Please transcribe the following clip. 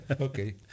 Okay